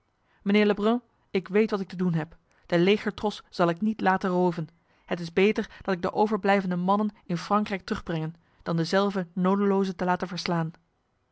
lebrum ik weet wat ik te doen heb de legertros zal ik niet laten roven het is beter dat ik de overblijvende mannen in frankrijk terugbrenge dan dezelve nodeloos te laten verslaan